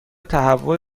تهوع